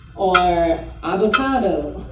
or avocado,